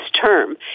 term